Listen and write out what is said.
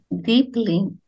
deeply